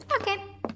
Okay